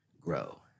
Grow